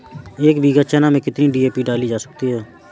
एक बीघा चना में कितनी डी.ए.पी डाली जा सकती है?